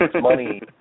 money